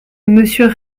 monsieur